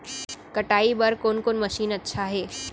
कटाई बर कोन कोन मशीन अच्छा हे?